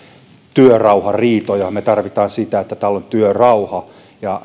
työrauhariitoja me tarvitsemme sitä että täällä on työrauha ja